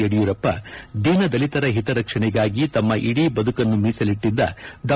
ಯಡಿಯೂರಪ್ಪ ದೀನದಲಿತರ ಹಿತ ರಕ್ಷಣೆಗಾಗಿ ತಮ್ಮ ಇಡಿ ಬದುಕನ್ನು ಮೀಸಲಿಟ್ಟದ್ದ ಡಾ